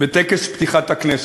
בטקס פתיחת הכנסת.